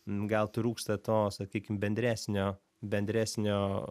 gal trūksta to sakykim bendresnio bendresnio